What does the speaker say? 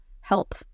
help